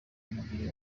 umubiri